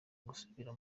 gusubira